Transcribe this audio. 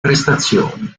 prestazioni